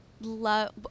love